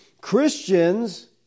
Christians